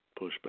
pushback